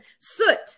soot